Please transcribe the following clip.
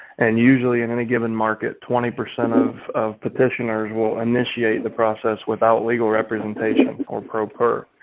and usually in any given market twenty percent of of petitioners will initiate the process without legal representation or proper.